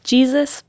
Jesus